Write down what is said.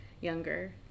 younger